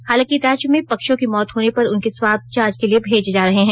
हालांकि राज्य में पक्षियों की मौत होने पर उनके स्वाब जांच के लिए भेजे जा रहे हैं